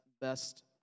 best